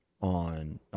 on